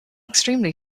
extremely